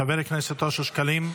חבר הכנסת אושר שקלים,